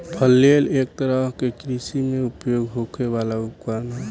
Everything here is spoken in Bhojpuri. फ्लेल एक तरह के कृषि में उपयोग होखे वाला उपकरण ह